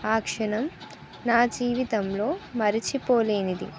ఆ క్షణం నా జీవితంలో మరచిపోలేనిది